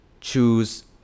choose